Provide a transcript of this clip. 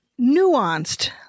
Nuanced